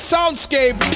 Soundscape